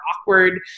awkward